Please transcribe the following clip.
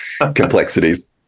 complexities